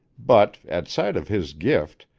but, at sight of his gift,